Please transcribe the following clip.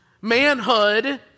manhood